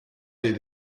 did